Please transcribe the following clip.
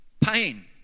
pain